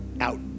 out